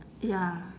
ya